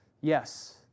Yes